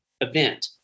event